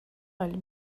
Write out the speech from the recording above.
حال